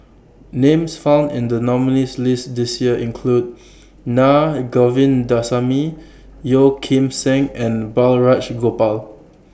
Names found in The nominees' list This Year include Naa Govindasamy Yeo Kim Seng and Balraj Gopal